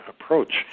approach